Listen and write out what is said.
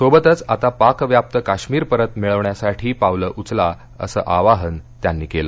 सोबतच आता पाकव्याप्त काश्मीर परत मिळवण्यासाठी पावलं उचला असं आवाहन त्यांनी केलं